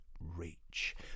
Reach